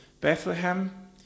Bethlehem